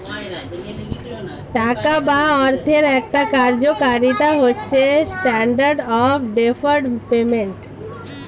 টাকা বা অর্থের একটা কার্যকারিতা হচ্ছে স্ট্যান্ডার্ড অফ ডেফার্ড পেমেন্ট